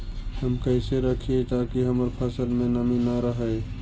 हम कैसे रखिये ताकी हमर फ़सल में नमी न रहै?